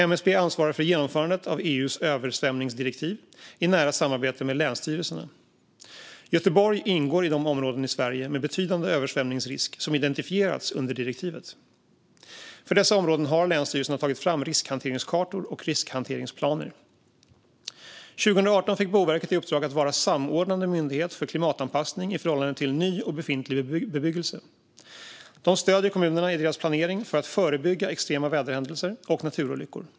MSB ansvarar för genomförandet av EU:s översvämningsdirektiv i nära samarbete med länsstyrelserna. Göteborg ingår i de områden i Sverige med betydande översvämningsrisk som identifierats under direktivet. För dessa områden har länsstyrelserna tagit fram riskhanteringskartor och riskhanteringsplaner. År 2018 fick Boverket i uppdrag att vara samordnande myndighet för klimatanpassning i förhållande till ny och befintlig bebyggelse. De stöder kommunerna i deras planering för att förebygga extrema väderhändelser och naturolyckor.